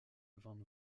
van